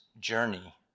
journey